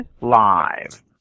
live